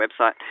website